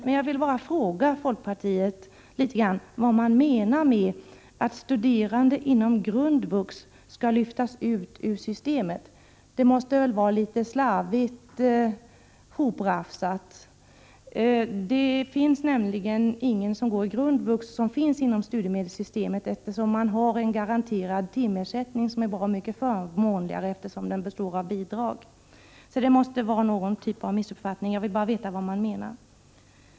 Men jag vill bara fråga vad folkpartiet menar med att studerande inom grundvux skall lyftas ut ur systemet? Det måste väl vara litet slarvigt hoprafsat? Det är nämligen ingen som går i grundvux som finns inom studiemedelssystemet. Man har där en garanterad timersättning som är bra mycket förmånligare eftersom den består av bidrag. Det måste vara någon form av missuppfattning. Jag vill bara veta vad folkpartiet menar.